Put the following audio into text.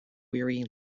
weary